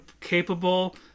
capable